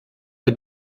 mit